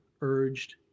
urged